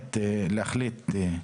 באמת להחליט,